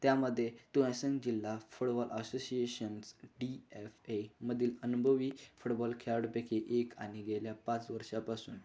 त्यामध्ये तुहासंग जिल्हा फुडबॉल असोसिएशन्स डी एफ एमधील अनुभवी फुटबॉल खेळाडूपैकी एक आणि गेल्या पाच वर्षांपासून